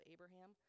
Abraham